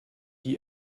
der